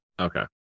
Okay